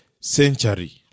century